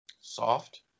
Soft